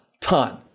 Ton